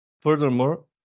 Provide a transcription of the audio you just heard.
Furthermore